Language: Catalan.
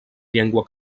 llengua